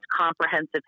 comprehensive